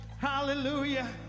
Hallelujah